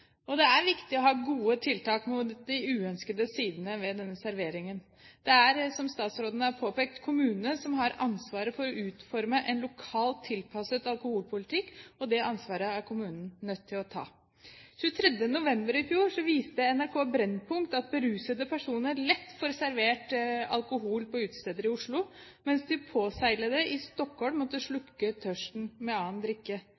alkoholservering. Det er viktig å ha gode tiltak mot de uønskede sidene ved denne serveringen. Det er, som statsråden har påpekt, kommunene som har ansvaret for å utforme en lokalt tilpasset alkoholpolitikk, og det ansvaret er kommunene nødt til å ta. 23. november i fjor viste NRK Brennpunkt at berusede personer lett får servert alkohol på utesteder i Oslo, mens de påseglede i Stockholm måtte slukke tørsten med annen drikke.